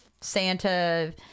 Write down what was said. Santa